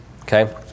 Okay